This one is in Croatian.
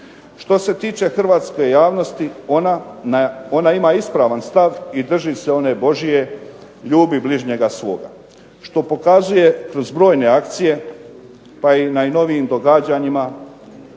Što se tiče hrvatske javnosti ona ima ispravan stav i drži se one božje ljubi bližnjega svoga što pokazuje kroz brojne akcije, pa i najnovijim događanjima